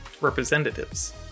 Representatives